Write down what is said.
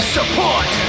Support